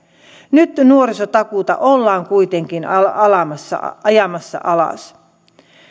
nyt nuorisotakuuta ollaan kuitenkin ajamassa alas